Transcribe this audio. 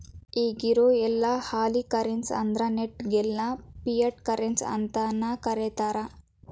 ಇಗಿರೊ ಯೆಲ್ಲಾ ಹಾಳಿ ಕರೆನ್ಸಿ ಅಂದ್ರ ನೋಟ್ ಗೆಲ್ಲಾ ಫಿಯಟ್ ಕರೆನ್ಸಿ ಅಂತನ ಕರೇತಾರ